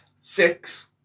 Six